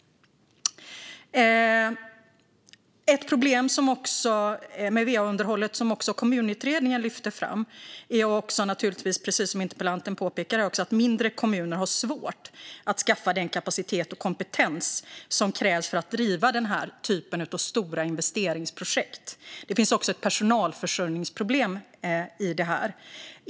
Ett problem med va-underhållet som kommunutredningen lyfte fram och som interpellanten också påpekar är att mindre kommuner har svårt att skaffa den kapacitet och kompetens som krävs för att driva den här typen av stora investeringsprojekt. Det finns också ett personalförsörjningsproblem i detta.